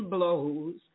Blows